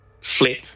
flip